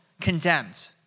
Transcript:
condemned